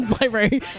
library